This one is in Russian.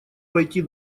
пойти